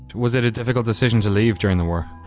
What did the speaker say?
was it a difficult decision to leave during the war?